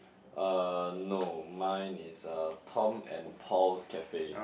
uh no mine is a Tom and Paul's Cafe